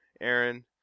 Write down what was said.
Aaron